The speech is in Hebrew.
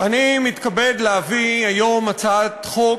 אני מתכבד להביא היום הצעת חוק